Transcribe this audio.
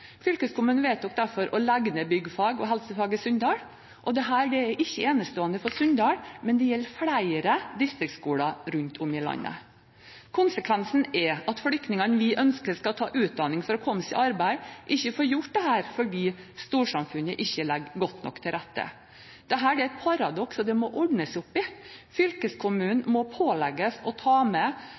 fylkeskommunen hensyn til. Fylkeskommunen vedtok derfor å legge ned byggfag og helsefag i Sunndal. Dette er ikke enestående for Sunndal, men gjelder flere distriktsskoler rundt om i landet. Konsekvensen er at flyktningene vi ønsker skal ta utdanning for å komme seg i arbeid, ikke får gjort dette fordi storsamfunnet ikke legger godt nok til rette. Dette er et paradoks, og det må ordnes opp i. Fylkeskommunen må pålegges å ta med